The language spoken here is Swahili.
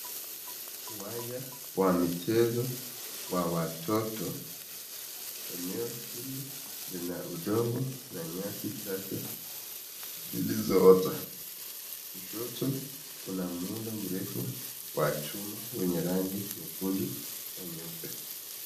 Uwanja wa michezo wa watoto eneo hili lina udongo na nyasi tatu zilizoota kushoto kuna muundo mrefu wa chuma wenye rangi nyekundu na nyeupe.